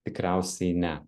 tikriausiai ne